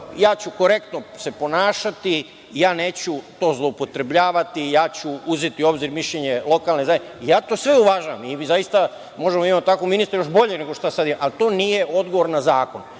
ja ću se korektno ponašati i ja neću to zloupotrebljavati, ja ću uzeti u obzir mišljenje lokalne zajednice, ja to sve uvažavam i mi zaista možemo da imamo takvog ministra, još boljeg nego što sad imamo, ali to nije odgovor na zakon.